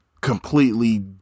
completely